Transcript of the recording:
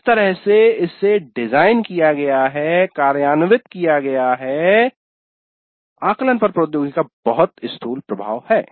जिस तरह से इसे डिजाइन किया गया है कार्यान्वित किया गया है आकलन पर प्रौद्योगिकी का बहुत स्थूल प्रभाव है